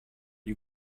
you